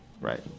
Right